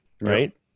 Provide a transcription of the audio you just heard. right